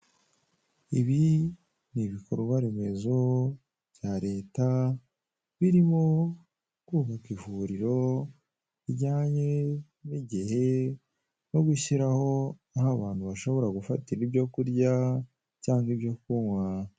Ibi ni ibikorwa remezo bya leta birimo kubaka ivuriro rijyanye n' igihe no gushyiraho aho abantu bashobora gufatira ibyo kurya cyangwa ibyo kunywa.